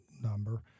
number